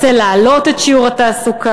רוצה להעלות את שיעור התעסוקה,